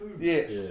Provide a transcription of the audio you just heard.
Yes